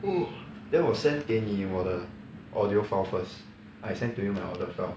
oh then 我 send 给你我的 audio file first I send to you my audio file